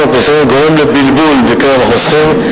הפנסיוני גורם לבלבול בקרב החוסכים,